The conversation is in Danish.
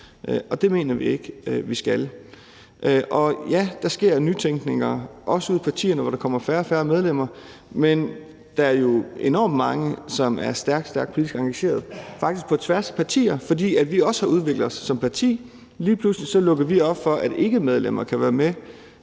og det mener vi ikke vi skal. Ja, der sker nytænkning – også ude i partierne, hvor der kommer færre og færre medlemmer – men der er jo enormt mange, som er stærkt, stærkt politisk engagerede faktisk på tværs af partier, fordi vi også har udviklet os som parti. Lige pludselig lukker vi op for, at ikkemedlemmer kan være med